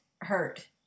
hurt